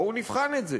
בואו נבחן את זה.